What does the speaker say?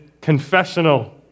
confessional